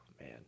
man